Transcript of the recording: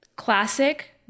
classic